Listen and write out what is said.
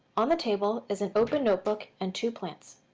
on the table is an open notebook and two plants.